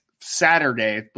Saturday